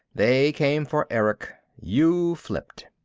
they came for erich. you flipped.